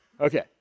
okay